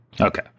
Okay